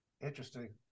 interesting